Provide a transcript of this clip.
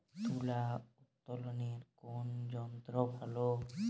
তুলা উত্তোলনে কোন যন্ত্র ভালো?